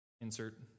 insert